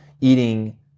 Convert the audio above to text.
eating